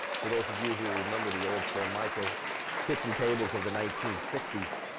for those of you who remember the old formica kitchen tables of the nineteen sixty